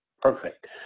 Perfect